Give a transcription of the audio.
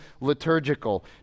liturgical